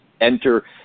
enter